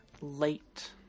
late